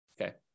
Okay